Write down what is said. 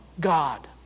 God